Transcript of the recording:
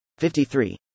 53